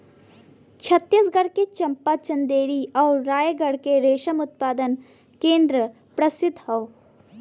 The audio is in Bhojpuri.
छतीसगढ़ के चंपा, चंदेरी आउर रायगढ़ के रेशम उत्पादन केंद्र प्रसिद्ध हौ